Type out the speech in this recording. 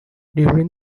during